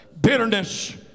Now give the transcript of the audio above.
Bitterness